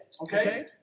Okay